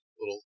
little